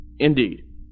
indeed